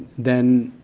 then,